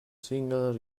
single